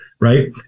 right